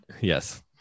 Yes